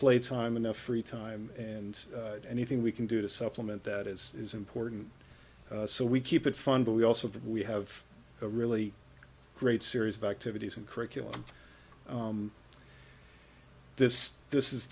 play time enough free time and anything we can do to supplement that is is important so we keep it fun but we also have we have a really great series of activities and curriculum this is this is